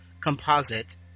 composite